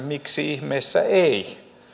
miksi ihmeessä ei